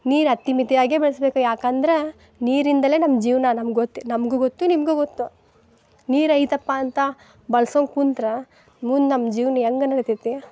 ನೀರು ಅತಿ ಮಿತವಾಗೆ ಬಳಸ್ಬೇಕು ಯಾಕಂದ್ರೆ ನೀರಿಂದಲೇ ನಮ್ಮ ಜೀವನ ನಮ್ಗೆ ಗೊತ್ತು ನಮಗೂ ಗೊತ್ತು ನಿಮಗೂ ಗೊತ್ತು ನೀರು ಐತಪ್ಪಾ ಅಂತ ಬಳ್ಸೊಂಗೆ ಕುಂತ್ರ ಮುಂದೆ ನಮ್ಮ ಜೀವನ ಹೆಂಗೆ ನಡಿತೈತಿ